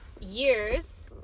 years